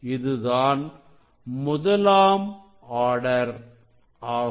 இதுதான் முதலாம் ஆர்டர் ஆகும்